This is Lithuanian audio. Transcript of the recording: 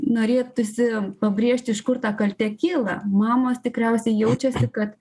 norėtųsi pabrėžti iš kur ta kaltė kyla mamos tikriausiai jaučiasi kad